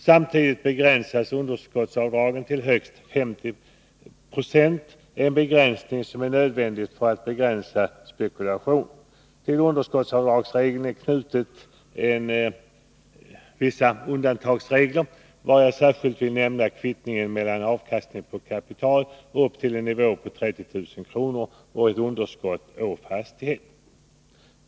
Samtidigt begränsas underskottsavdragen till högst 50 26, en begränsning som är nödvändig för att hålla tillbaka spekulation. Till underskottsavdragsregeln är knutna vissa undantagsregler, av vilka jag särskilt vill nämna kvittningen mellan avkastning på kapital upp till en nivå av 30 000 kronor och underskott på fastighet.